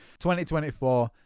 2024